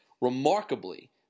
Remarkably